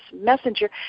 messenger